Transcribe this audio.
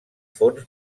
fons